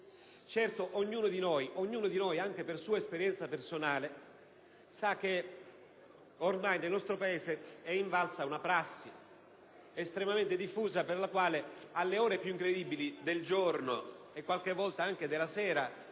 tratta. Ognuno di noi, anche per sua esperienza personale, sa che ormai nel nostro Paese è estremamente diffusa una prassi per la quale alle ore più incredibili del giorno, e qualche volta anche della sera,